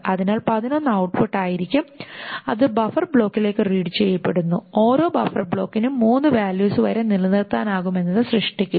അതിനാൽ 11 ഔട്ട്പുട്ട് ആയിരിക്കും അത് ബഫർ ബ്ലോക്കിലേക്കു റീഡ് ചെയ്യപ്പെടുന്നു ഓരോ ബഫർ ബ്ലോക്കിനും മൂന്നു വാല്യൂസ് വരെ നിലനിർത്താനാകുമെന്നത് ശ്രദ്ധിക്കുക